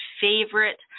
favorite